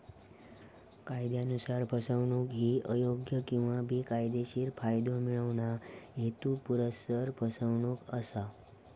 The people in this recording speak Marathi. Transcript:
कायदयानुसार, फसवणूक ही अयोग्य किंवा बेकायदेशीर फायदो मिळवणा, हेतुपुरस्सर फसवणूक असा